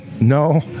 No